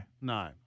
No